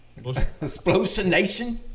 Explosionation